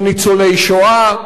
וניצולי שואה,